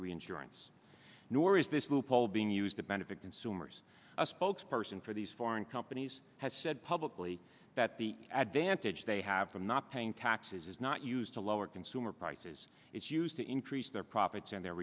reinsurance nor is this loophole being used to benefit consumers a spokesperson for these foreign companies has said publicly that the advantage they have from not paying taxes is not used to lower consumer prices it's used to increase their profits and their